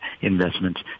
investments